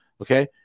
okay